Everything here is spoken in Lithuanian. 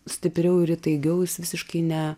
stipriau ir įtaigiau jis visiškai ne